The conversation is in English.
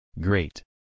Great